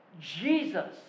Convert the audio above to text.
Jesus